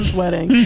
wedding